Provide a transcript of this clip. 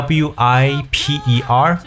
wiper